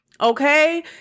Okay